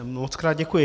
Mockrát děkuji.